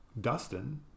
Dustin